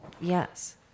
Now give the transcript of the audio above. Yes